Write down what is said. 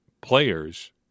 players—